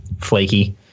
flaky